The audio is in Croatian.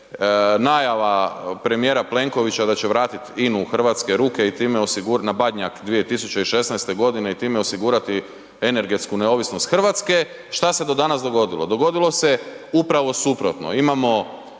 najava premijera Plenkovića da će vratit INA-u u hrvatske ruke na Badnjak 2016. g. i time osigurati energetsku neovisnost Hrvatske. Šta se do danas dogodilo? Dogodilo se upravo suprotno.